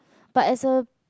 but as a